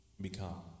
become